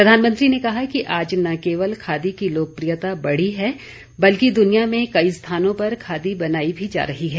प्रधानमंत्री ने कहा कि आज न केवल खादी की लोकप्रियता बढ़ी है बल्कि दुनिया में कई स्थानों पर खादी बनाई भी जा रही है